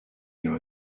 know